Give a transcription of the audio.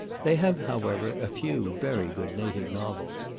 they have, however, a few very good native novels.